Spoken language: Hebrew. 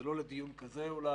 זה לא לדיון כזה, אולי.